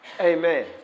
Amen